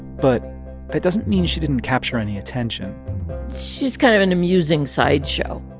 but that doesn't mean she didn't capture any attention she's kind of an amusing sideshow.